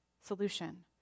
solution